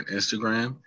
Instagram